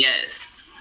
Yes